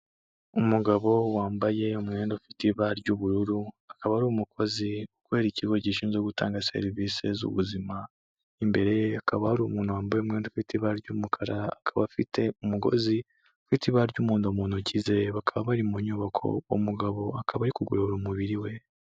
Umugabo wambaye umwenda ufite ibara ry'ubururu akaba ari umukozi ukorera ikigo gishinzwe gutanga serivisi z'ubuzima imbere ye akaba ari umuntu wambaye umwenda w'ibara ry'umukara akaba afite umugozi ufite ibara ryu umuhodo mu ntoki ze bakaba bari mu nyubako uwo mugabo akaba ari kugorora umubiri we.